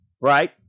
right